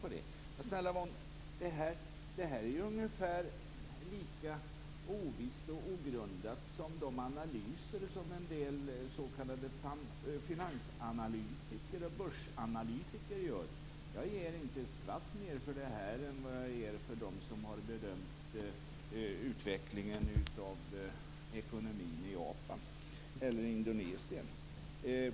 Men det här är ungefär lika ovisst och ogrundat som de analyser som en del s.k. finansanalytiker och börsanalytiker gör. Jag ger inte ett skvatt mer för det här än vad jag ger för dem som har bedömt utvecklingen av ekonomin i Japan eller Indonesien.